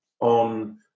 on